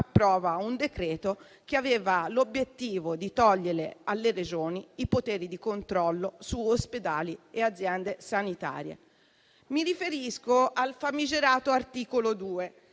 approva un decreto-legge che aveva l'obiettivo di togliere alle Regioni i poteri di controllo su ospedali e aziende sanitarie. Mi riferisco al famigerato articolo 2,